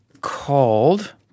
called